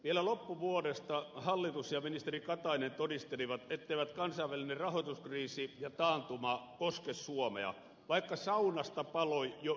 vielä loppuvuodesta hallitus ja ministeri katainen todistelivat etteivät kansainvälinen rahoituskriisi ja taantuma koske suomea vaikka saunasta paloi jo yksi nurkka